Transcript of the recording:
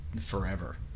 forever